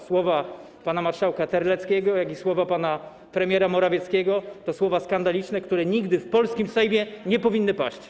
Słowa pana marszałka Terleckiego i słowa pana premiera Morawieckiego to słowa skandaliczne, które nigdy w polskim Sejmie nie powinny paść.